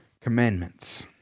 commandments